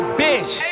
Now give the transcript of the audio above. bitch